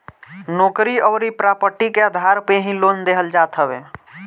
नोकरी अउरी प्रापर्टी के आधार पे ही लोन देहल जात हवे